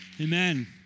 Amen